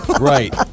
Right